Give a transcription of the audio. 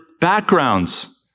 backgrounds